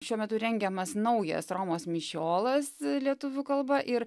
šiuo metu rengiamas naujas romos mišiolas lietuvių kalba ir